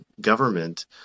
government